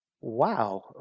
wow